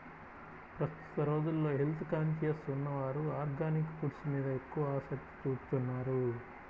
ప్రస్తుత రోజుల్లో health conscious ఉన్నవారు ఆర్గానిక్ ఫుడ్స్ మీద ఎక్కువ ఆసక్తి చూపుతున్నారు